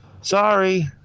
Sorry